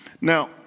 Now